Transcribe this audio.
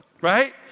right